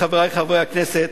חברי חברי הכנסת,